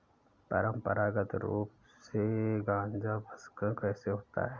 परंपरागत रूप से गाजा प्रसंस्करण कैसे होता है?